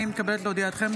הריני מתכבדת להודיעכם,